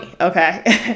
okay